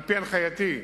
על-פי הנחייתי,